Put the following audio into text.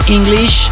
English